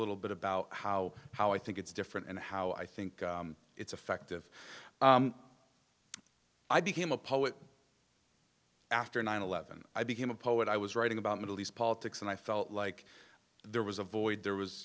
little bit about how how i think it's different and how i think it's effective i became a poet after nine eleven i became a poet i was writing about middle east politics and i felt like there was a void there was